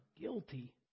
guilty